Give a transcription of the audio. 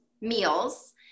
meals